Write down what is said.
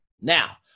Now